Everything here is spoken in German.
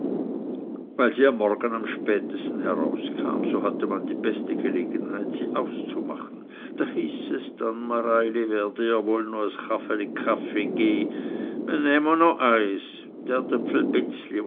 weil sie am morgen am spätesten herauskam so hatte man die beste gelegenheit sie auszumachen da hieß es mareili werd ihr wohl no es kacheli kaffee gäh man nähm o no eis